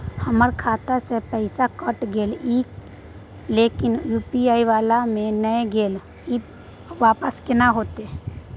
हमर खाता स पैसा कैट गेले इ लेकिन यु.पी.आई वाला म नय गेले इ वापस केना होतै?